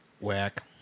Whack